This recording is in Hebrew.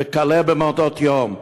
וכלה במעונות-יום,